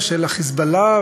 ושל ה"חיזבאללה",